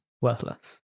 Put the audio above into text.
worthless